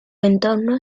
entorno